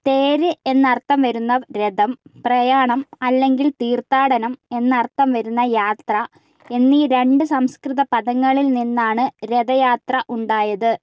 തേര് എന്ന് അർത്ഥം വരുന്ന രഥം പ്രയാണം അല്ലെങ്കിൽ തീർത്ഥാടനം എന്ന് അർത്ഥം വരുന്ന യാത്ര എന്നീ രണ്ട് സംസ്കൃത പദങ്ങളിൽ നിന്നാണ് രഥയാത്ര ഉണ്ടായത്